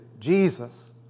Jesus